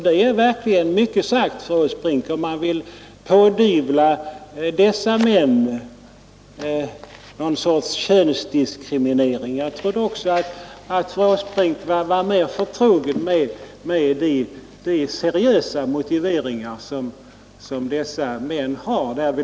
Det är verkligen mycket sagt, fru Åsbrink, att man vill pådyvla dessa människor någon könsdiskriminering. Jag trodde att fru Åsbrink var mer förtrogen med de seriösa motiveringar som dessa har.